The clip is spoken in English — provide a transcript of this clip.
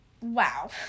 wow